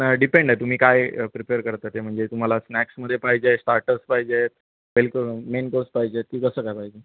depend आहे तुम्ही काय प्रिपेअर करता ते म्हणजे तुम्हाला स्नॅक्समध्ये पाहिजे स्टार्टर्स पाहिजेत वेलक मेन कर्स पाहिजेत की कसं काय पाहिजे